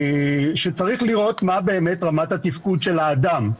שצריך לראות מה באמת רמת התפקוד של האדם.